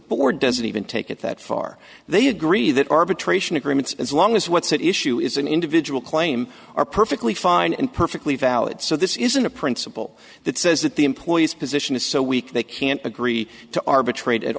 board doesn't even take it that far they agree that arbitration agreements as long as what's at issue is an individual claim are perfectly fine and perfectly valid so this isn't a principle that says that the employees position is so weak they can't agree to arbitrate at